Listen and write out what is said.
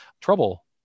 trouble